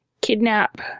kidnap